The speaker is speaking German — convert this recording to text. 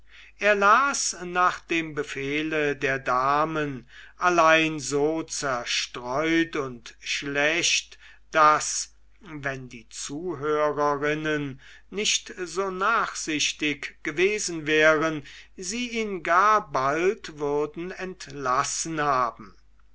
er las nach dem befehle der damen allein so zerstreut und schlecht daß wenn die zuhörerinnen nicht so nachsichtig gewesen wären sie ihn gar bald würden entlassen haben